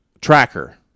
Tracker